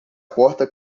porta